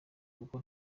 kuko